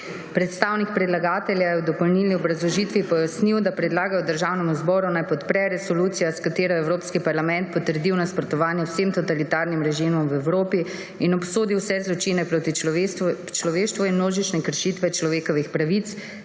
Predstavnik predlagatelja je v dopolnilni obrazložitvi pojasnil, da predlagajo Državnemu zboru, naj podpre resolucijo, s katero je Evropski parlament potrdil nasprotovanje vsem totalitarnim režimom v Evropi in obsodil vse zločine proti človeštvu in množične kršitve človekovih pravic,